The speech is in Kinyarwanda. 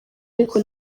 ariko